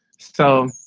so